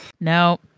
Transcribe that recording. No